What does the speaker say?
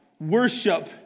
worship